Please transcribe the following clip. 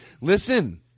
listen